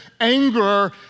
anger